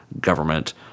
government